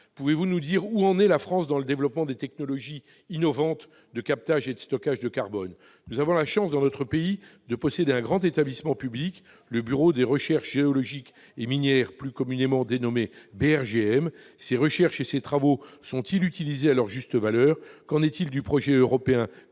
pouvez-vous nous dire où en est la France dans le développement des technologies innovantes de captage et de stockage de carbone ? Nous avons la chance, en France, de posséder un grand établissement public, le Bureau de recherches géologiques et minières, plus communément dénommé BRGM. Ses recherches et ses travaux sont-ils utilisés à leur juste valeur ? Qu'en est-il du projet européen